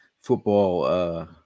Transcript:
Football